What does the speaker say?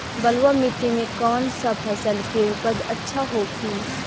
बलुआ मिट्टी में कौन सा फसल के उपज अच्छा होखी?